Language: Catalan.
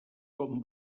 com